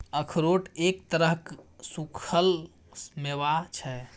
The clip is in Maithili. अखरोट एक तरहक सूक्खल मेवा छै